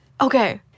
Okay